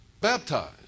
baptized